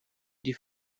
die